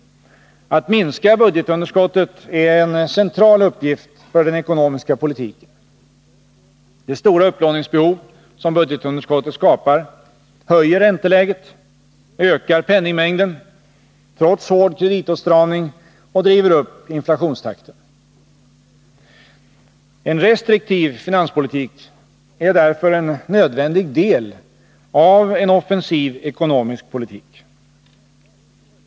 Att minska budgetunderskottet är en central uppgift för den ekonomiska politiken. Det stora upplåningsbehov som budgetunderskottet skapar höjer ränteläget, ökar penningmängden trots hård kreditåtstramning och driver uppinflationstakten. En restriktiv finanspolitik är därför en nödvändig del av en offensiv ekonomisk politik.